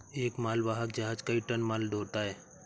एक मालवाहक जहाज कई टन माल ढ़ोता है